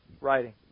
writing